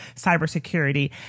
cybersecurity